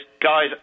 guy's